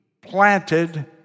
planted